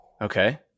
Okay